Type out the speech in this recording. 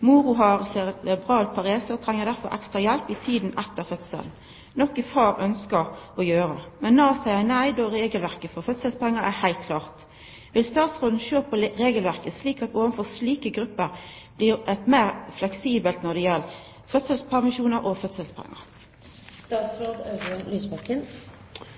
Moren har cerebral parese og trenger derfor ekstra hjelp i tiden etter fødselen, noe far ønsker å gjøre, men Nav sier nei fordi regelverket for fødselspenger er helt klart. Vil statsråden se på regelverket slik at man overfor slike grupper blir mer fleksible når det gjelder fødselspermisjoner og fødselspenger?»